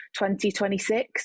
2026